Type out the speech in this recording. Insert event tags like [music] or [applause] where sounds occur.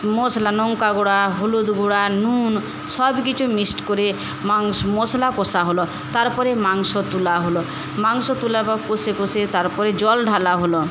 মশলা লঙ্কা গুঁড়ো হলুদ গুঁড়ো নুন সব কিছু মিক্সড করে [unintelligible] মশলা কষা হল তারপরে মাংস তোলা হল মাংস তোলার পর কষে কষে তারপর জল ঢালা হল